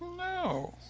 no.